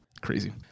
Crazy